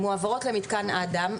הן מועברות למתקן אדם,